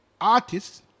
artists